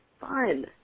fun